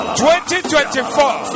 2024